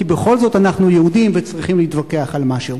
כי בכל זאת אנחנו יהודים וצריכים להתווכח על משהו.